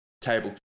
table